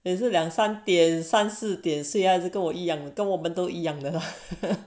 也是两三点三四点 see 还是跟我一样跟我们都一样的